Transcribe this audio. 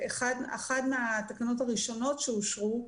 זה אחת מהתקנות הראשונות שאושרו,